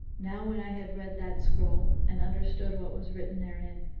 now when i had read that scroll and understood what was written therein,